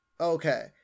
Okay